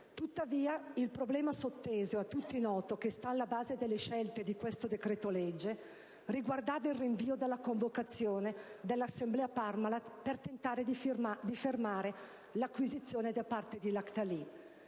Tuttavia, il problema sotteso, e a tutti noto, che sta alla base delle scelte di questo decreto‑legge, riguardava il rinvio della convocazione dell'assemblea Parmalat per tentare di fermare l'acquisizione da parte di Lactalis: